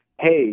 hey